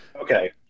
Okay